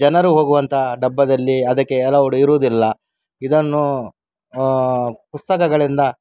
ಜನರು ಹೋಗುವಂಥ ಡಬ್ಬದಲ್ಲಿ ಅದಕ್ಕೆ ಎಲೋವ್ಡ್ ಇರುವುದಿಲ್ಲ ಇದನ್ನು ಪುಸ್ತಕಗಳಿಂದ